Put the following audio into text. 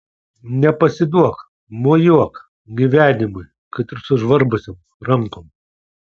nepasiduok mojuok gyvenimui kad ir sužvarbusiom rankom